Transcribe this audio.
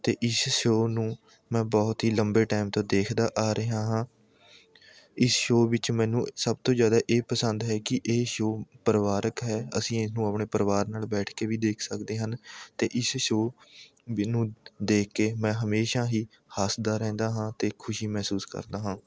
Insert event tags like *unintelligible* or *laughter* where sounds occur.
ਅਤੇ ਇਸ ਸ਼ੋਅ ਨੂੰ ਮੈਂ ਬਹੁਤ ਹੀ ਲੰਬੇ ਟਾਈਮ ਤੋਂ ਦੇਖਦਾ ਆ ਰਿਹਾ ਹਾਂ ਇਸ ਸ਼ੋਅ ਵਿੱਚ ਮੈਨੂੰ ਸਭ ਤੋਂ ਜ਼ਿਆਦਾ ਇਹ ਪਸੰਦ ਹੈ ਕਿ ਇਹ ਸ਼ੋਅ ਪਰਿਵਾਰਕ ਹੈ ਅਸੀਂ ਇਹਨੂੰ ਆਪਣੇ ਪਰਿਵਾਰ ਨਾਲ਼ ਬੈਠ ਕੇ ਵੀ ਦੇਖ ਸਕਦੇ ਹਨ ਅਤੇ ਇਸ ਸ਼ੋਅ *unintelligible* ਨੂੰ ਦੇਖ ਕੇ ਮੈਂ ਹਮੇਸ਼ਾ ਹੀ ਹੱਸਦਾ ਰਹਿੰਦਾ ਹਾਂ ਅਤੇ ਖੁਸ਼ੀ ਮਹਿਸੂਸ ਕਰਦਾ ਹਾਂ